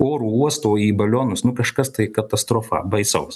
oro uosto į balionus nu kažkas tai katastrofa baisaus